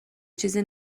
چیزی